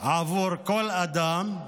עבור כל אדם,